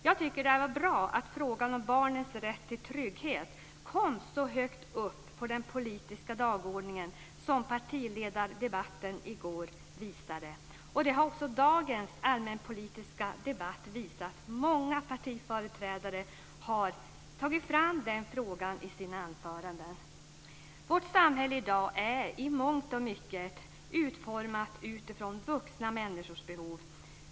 Jag tycker att det är bra att frågan om barnens rätt till trygghet kom så högt upp på den politiska dagordningen som partiledardebatten i går visade, och det har också dagens allmänpolitiska debatt visat. Många partiföreträdare har tagit fram den frågan i sina anföranden. Vårt samhälle är i dag i mångt och mycket utformat utifrån vuxna människors behov.